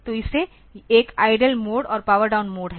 तो इसे एक आईडील मोड और पावर डाउन मोड है